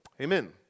amen